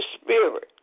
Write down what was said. Spirit